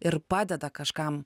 ir padeda kažkam